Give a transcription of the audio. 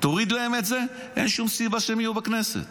תוריד להם את זה, אין שום סיבה שהם יהיו בכנסת.